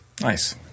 nice